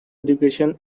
education